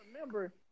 remember